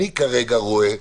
אני כרגע יודע,